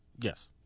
Yes